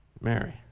mary